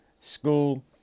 school